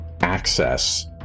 access